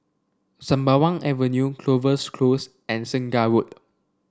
Sembawang Avenue Clovers Close and Segar Road